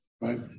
right